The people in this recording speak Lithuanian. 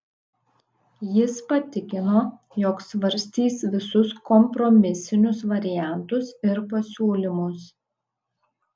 jis patikino jog svarstys visus kompromisinius variantus ir pasiūlymus